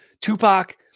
Tupac